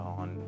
on